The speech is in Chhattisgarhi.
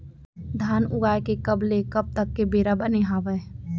धान उगाए के कब ले कब तक के बेरा बने हावय?